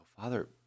Father